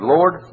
Lord